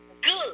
good